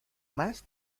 más